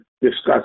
discuss